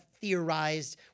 theorized